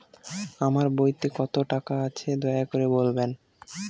আমার বইতে কত টাকা আছে দয়া করে বলবেন?